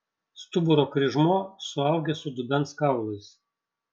stuburo kryžmuo suaugęs su dubens kaulais